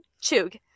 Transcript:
Chug